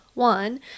One